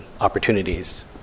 opportunities